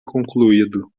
concluído